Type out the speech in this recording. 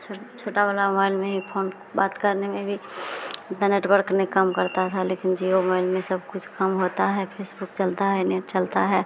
छोट छोटा वाला मोबाइल में ही फोन बात करने में भी इतना नेटवर्क नहीं काम करता था लेकिन जिओ मोबइल में सब कुछ काम होता है फ़ेसबुक चलता है नेट चलता है